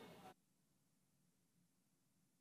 היא אפילו לשפר את זה עוד יותר.